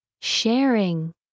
Sharing